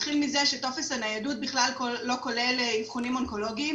נתחיל מזה שטופס הניידות בכלל לא כולל אבחונים אונקולוגיים,